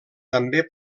també